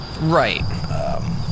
Right